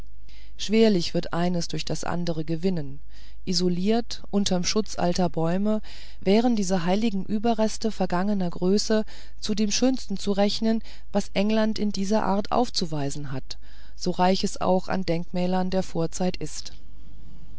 schwerlich wird eines durch das andere gewinnen isoliert unterm schutze alter bäume wären diese heiligen überreste vergangener größe zu dem schönsten zu rechnen was england in dieser art aufzuweisen hat so reich es auch an denkmälern der vorzeit ist